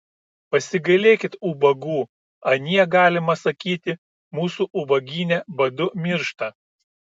pasigailėkit ubagų anie galima sakyti mūsų ubagyne badu miršta